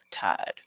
tide